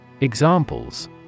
Examples